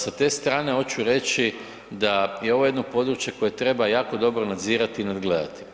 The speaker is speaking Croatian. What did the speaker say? Sa te strane hoću reći da je ovo jedno područje koje treba jako dobro nadzirati i nadgledati.